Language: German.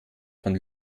von